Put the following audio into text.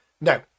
no